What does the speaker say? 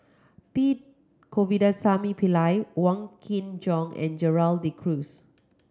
P Govindasamy Pillai Wong Kin Jong and Gerald De Cruz